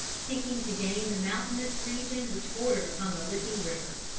seeking to gain the mountainous region which bordered upon the licking river.